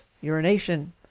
urination